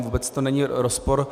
Vůbec to není rozpor.